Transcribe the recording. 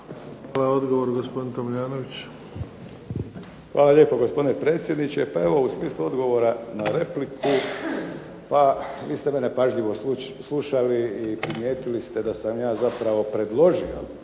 **Tomljanović, Emil (HDZ)** Hvala lijepo gospodine predsjedniče. Pa evo u smislu odgovora na repliku, pa vi ste mene pažljivo slušali i primijetili ste da sam ja zapravo predložio